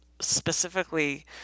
specifically